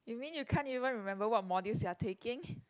you mean you can't even remember what modules you are taking